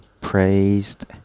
praised